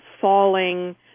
falling